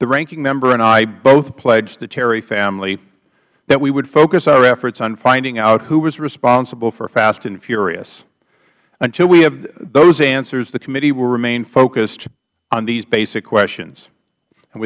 the ranking member and i both pledged the terry family that we would focus our efforts on finding out who was responsible for fast and furious until we have those answers the committee will remain focused on these basic questions and